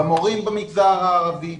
במורים במגזר הערבי,